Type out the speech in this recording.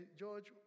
george